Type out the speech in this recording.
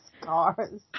scars